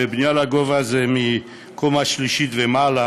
בנייה לגובה זה מקומה שלישית ומעלה,